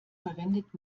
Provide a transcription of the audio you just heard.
verwendet